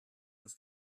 uns